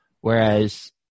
Whereas